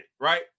right